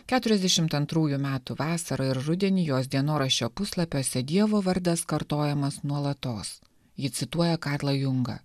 keturiasdešimt antrųjų metų vasarą ir rudenį jos dienoraščio puslapiuose dievo vardas kartojamas nuolatos ji cituoja karlą jungą